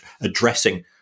addressing